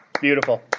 Beautiful